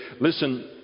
listen